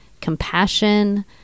compassion